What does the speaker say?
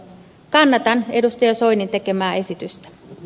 kannatan edustaja soinin tekemää esitystä